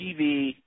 TV